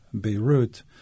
Beirut